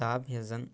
تاب ہِنٛزَن